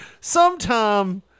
Sometime